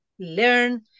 learn